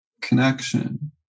connection